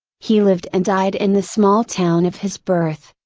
he lived and died in the small town of his birth,